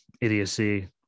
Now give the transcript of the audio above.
idiocy